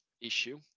issue